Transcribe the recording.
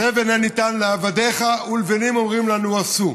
"תבן אין נִתן לעבדיך ולבנים אֹמרים לנו עשו".